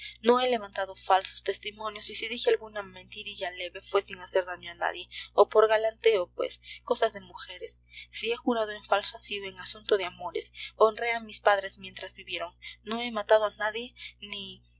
no he levantado falsos testimonios y si dije alguna mentirilla leve fue sin hacer daño a nadie o por galanteo pues cosas de mujeres si he jurado en falso ha sido en asunto de amores honré a mis padres mientras vivieron no he matado a nadie ni